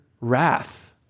wrath